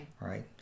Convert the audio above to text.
Right